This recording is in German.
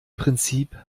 prinzip